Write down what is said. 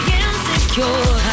insecure